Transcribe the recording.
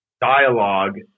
dialogue